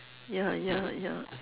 ya ya ya